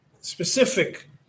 specific